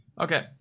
okay